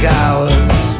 hours